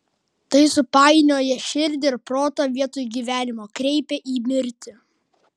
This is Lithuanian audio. tai supainioja širdį ir protą vietoj gyvenimo kreipia į mirtį